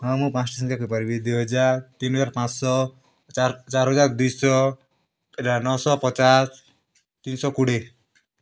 ହଁ ମୁ ପାଞ୍ଚଟା ସଂଖ୍ୟା କହିପାରିବି ଦୁଇ ହଜାର ତିନି ହଜାର ପାଞ୍ଚ ଶହ ଚାରି ହଜାର ଦୁଇ ଶହ ଏରା ନଅ ଶହ ପଚାଶ ଦୁଇ ଶହ କୋଡ଼ିଏ